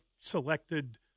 selected